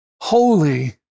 holy